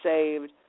saved